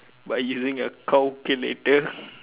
by using a cowculator